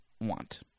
want